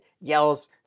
yells